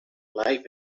life